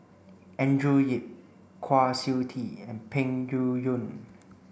Andrew Yip Kwa Siew Tee and Peng Yuyun